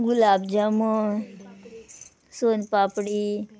गुलाब jamun son papdi